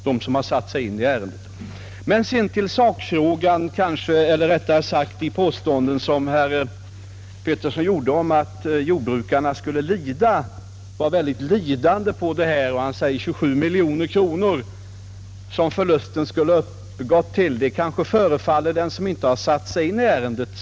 Herr Pettersson påstod att jordbrukarna skulle ha blivit mycket lidande av prisstoppet. Han sade att de 27 miljoner kronor som förlusten skulle uppgå till kanske inte förefaller så mycket för den som inte satt sig in i ärendet.